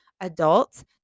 adults